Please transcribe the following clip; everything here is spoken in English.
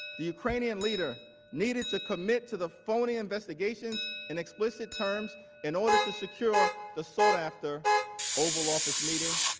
the ukrainian leader needed to commit to the phony investigations in ex police you terms in order to secure the sought after oval office meeting.